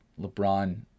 LeBron